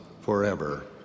forever